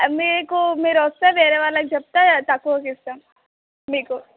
అది మీకు మీరు వస్తే వేరే వాళ్ళకి చెప్పే తక్కువకి ఇస్తాను మీకు